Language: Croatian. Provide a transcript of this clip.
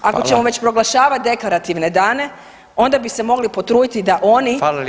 Ako ćemo već proglašavati [[Upadica: Hvala.]] deklarativne dane, onda bi se mogli potruditi da oni